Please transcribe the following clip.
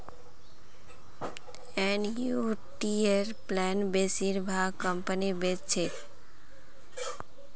एनयूटीर प्लान बेसिर भाग कंपनी बेच छेक